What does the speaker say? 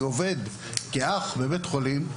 אני עובד כאח בבית חולים,